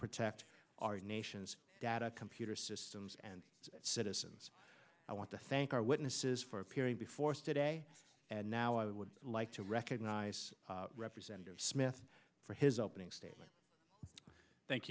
protect our nation's data computer systems and its citizens i want to thank our witnesses for appearing before saturday and now i would like to recognize representative smith for his opening statement thank